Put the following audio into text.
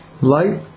light